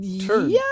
turn